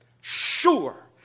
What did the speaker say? sure